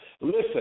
listen